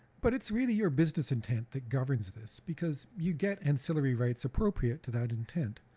but it's really your business intent that governs this, because you get ancillary rights appropriate to that intent.